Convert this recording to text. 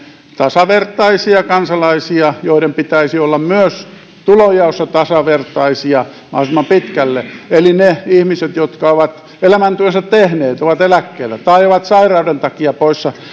tasavertaisia kansalaisia joiden pitäisi olla myös tulonjaossa tasavertaisia mahdollisimman pitkälle ne ihmiset jotka ovat elämäntyönsä tehneet ja ovat eläkkeellä tai sairauden takia poissa